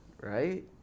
right